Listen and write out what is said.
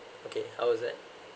okay how was that